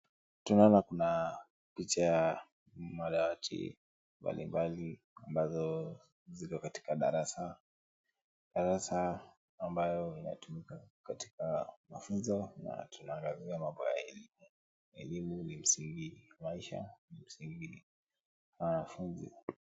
Tunaona kuna picha ya madawati mbalimbali ambazo ziko katika darasa, darasa ambayo inatumika katika mafunzo na tunaona pia mambo ya elimu. Elimu ni msingi ya maisha, ni msingi ya wanafunzi.